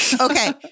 Okay